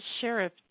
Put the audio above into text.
sheriff